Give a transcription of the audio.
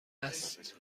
است